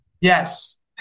Yes